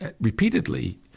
repeatedly